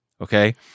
okay